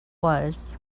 was